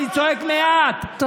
אני צועק מעט,